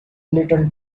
little